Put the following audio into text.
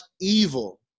evil